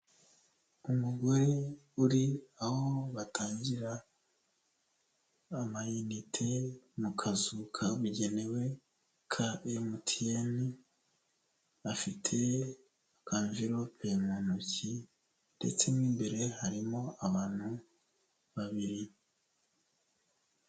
Umugore uri aho batangira amayinite mu kazukabugenewe ka MTN, afite kamvirope mu ntoki ndetse mu imbere harimo abantu babiri.